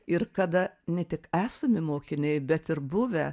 ir kada ne tik esami mokiniai bet ir buvę